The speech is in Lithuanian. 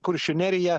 kuršių neriją